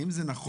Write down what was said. האם זה נכון